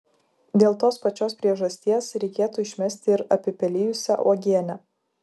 dėl tos pačios priežasties reikėtų išmesti ir apipelijusią uogienę